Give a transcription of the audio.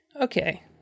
Okay